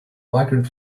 migrant